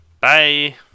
Bye